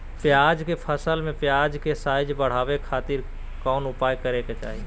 प्याज के फसल में प्याज के साइज बढ़ावे खातिर कौन उपाय करे के चाही?